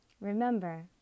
Remember